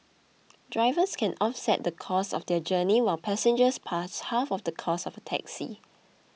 drivers can offset the cost of their journey while passengers pay half of the cost of a taxi